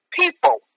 people